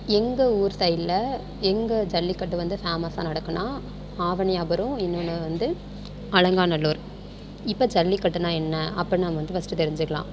எங்கள் ஊர் சைட்டில் எங்கள் ஜல்லிக்கட்டு வந்து ஃபேமஸாக நடக்கும்னா ஆவனியாபுரம் இன்னொன்று வந்து அலங்காநல்லூர் இப்போ ஜல்லிக்கட்டுனா என்ன அப்புடினு நம்ம வந்து ஃபஸ்ட்டு தெரிஞ்சுக்கலாம்